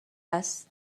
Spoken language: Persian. است